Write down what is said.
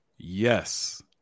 Yes